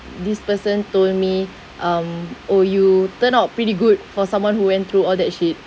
this person told me um oh you turn out pretty good for someone who went through all that shit